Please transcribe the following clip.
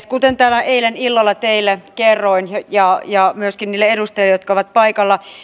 kuten täällä eilen illalla teille kerroin ja ja myöskin niille edustajille jotka ovat paikalla